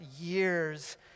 years